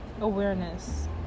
Awareness